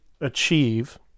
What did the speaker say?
achieve